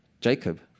Jacob